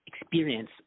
experience